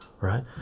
right